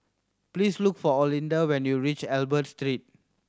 please look for Olinda when you reach Albert Street